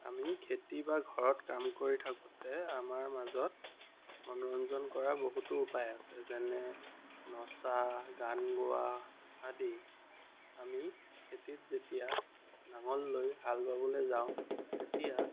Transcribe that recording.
আমি খেতি বা ঘৰত কাম কৰি থাকোঁতে আমাৰ মাজত মনোৰঞ্জন কৰা বহুতো উপায় আছে যেনে নচা গান গোৱা আদি আমি খেতিত যেতিয়া নাঙল লৈ হাল বাবলৈ যাওঁ তেতিয়া